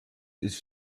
ist